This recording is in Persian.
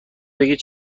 بگید